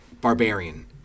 barbarian